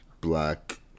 black